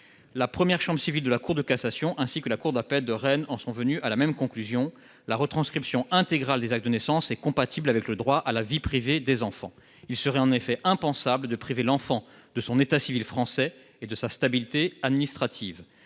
La première chambre civile de la Cour de cassation ainsi que la cour d'appel de Rennes en sont venues à la même conclusion : la transcription intégrale des actes de naissance est compatible avec le droit à la vie privée des enfants. Il serait en effet impensable de priver l'enfant de son état civil français et de sa stabilité administrative.